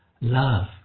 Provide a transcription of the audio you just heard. love